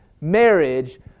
marriage